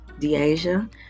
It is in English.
DeAsia